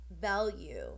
value